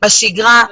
בשגרה,